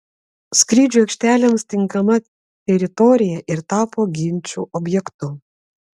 skrydžių aikštelėms tinkama teritorija ir tapo ginčų objektu